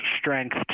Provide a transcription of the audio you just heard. strength